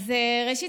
ראשית,